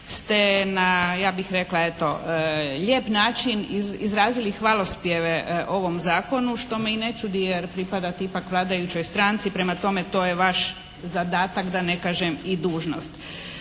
ste na ja bih rekla eto lijep način izrazili hvalospjeve ovom zakonu što me i ne čudi, jer pripadate ipak vladajućoj stranci, prema tome to je vaš zadatak da ne kažem i dužnost.